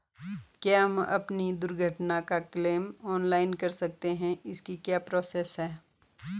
क्या हम अपनी दुर्घटना का क्लेम ऑनलाइन कर सकते हैं इसकी क्या प्रोसेस है?